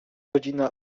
godzina